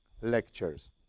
lectures